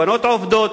הבנות עובדות,